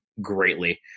greatly